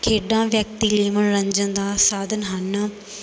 ਖੇਡਾਂ ਵਿਅਕਤੀ ਲਈ ਮਨੋਰੰਜਨ ਦਾ ਸਾਧਨ ਹਨ